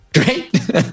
great